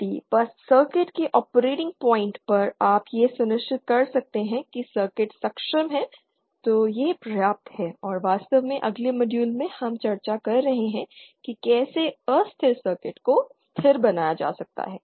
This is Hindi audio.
यदि बस सर्किट के ऑपरेटिंग पॉइंट पर आप यह सुनिश्चित कर सकते हैं कि सर्किट सक्षम है तो यह पर्याप्त है और वास्तव में अगले मॉड्यूल में हम चर्चा कर रहे हैं कि कैसे अस्थिर सर्किट को स्थिर बनाया जा सकता है